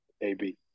AB